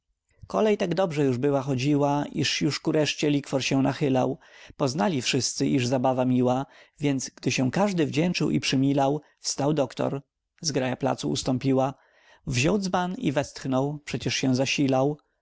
kolej tak dobrze już była chodziła iż już ku reszcie likwor się nachylał poznali wszyscy iż zabawa miła więc gdy się każdy wdzięczył i przymilał wstał doktor zgraja placu ustąpiła wziął dzban i westchnął przecież się zasilał a